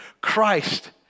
Christ